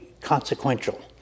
consequential